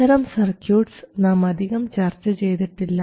ഇത്തരം സർക്യൂട്ട്സ് നാം അധികം ചർച്ച ചെയ്തിട്ടില്ല